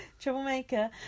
troublemaker